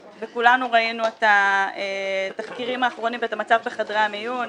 וכולנו ראינו את התקצירים האחרונים ואת המצב בחדרי המיון.